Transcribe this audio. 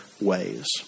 ways